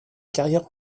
carrière